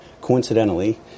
coincidentally